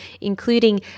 ...including